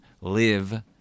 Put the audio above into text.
live